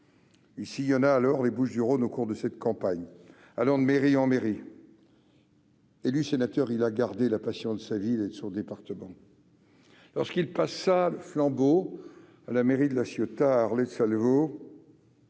Il sillonna les Bouches-du-Rhône au cours de cette campagne, allant de mairie en mairie. Élu sénateur, il a gardé la passion de sa ville et de son département. Lorsqu'il passa le flambeau de la mairie de La Ciotat à Arlette Salvo,